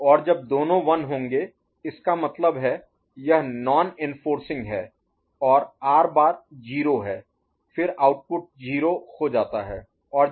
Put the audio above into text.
और जब दोनों 1 होंगे इसका मतलब है यह नॉन ऍनफोर्सिंग है और आर बार 0 है फिर आउटपुट 0 हो जाता है